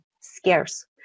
scarce